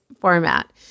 format